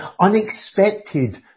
unexpected